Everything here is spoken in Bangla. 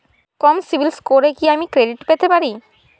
কম সিবিল স্কোরে কি আমি ক্রেডিট পেতে পারি?